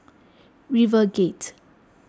RiverGate